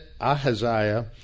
Ahaziah